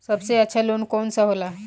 सबसे अच्छा लोन कौन सा होला?